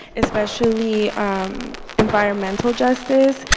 especially environmental justice